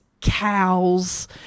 cows